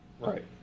Right